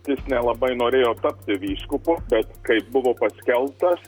jis nelabai norėjo tapti vyskupu bet kai buvo paskelbtas